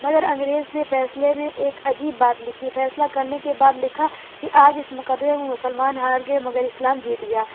مگر انگریز نے فیصلے میں ایک عجیب بات لکھی فیصلہ کرنے کے بعد لکھا کہ آج اس مقدمے میں مسلمان ہار گیا مگر اسلام جیت گیا